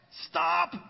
Stop